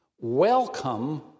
welcome